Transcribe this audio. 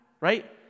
right